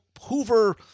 Hoover